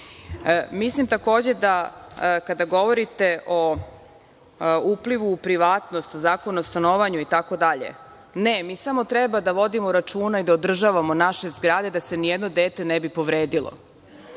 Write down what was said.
živimo. Mislim takođe da kada govorite o uplivu u privatnost, Zakon o stanovanju itd, ne, mi samo treba da vodimo računa i da održavamo naše zgrade, da se nijedno dete ne bi povredilo.